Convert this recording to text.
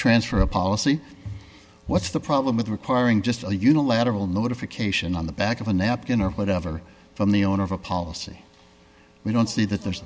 transfer a policy what's the problem with requiring just a unilateral notification on the back of a napkin or whatever from the owner of a policy we don't see that there's